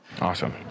Awesome